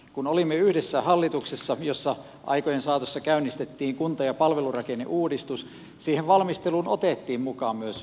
kun olimme yhdessä hallituksessa jossa aikojen saatossa käynnistettiin kunta ja palvelurakenneuudistus siihen valmisteluun otettiin mukaan myös oppositio